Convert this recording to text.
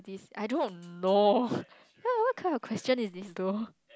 I don't know what what kind of question is this though